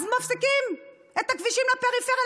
אז מפסיקים את הכבישים לפריפריה.